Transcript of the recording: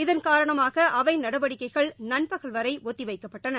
இதன் காரணமாக அவை நடவடிக்கைகள் நண்பகல் வரை ஒத்திவைக்கப்பட்டன